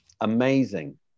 amazing